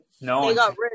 no